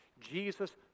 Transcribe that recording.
Jesus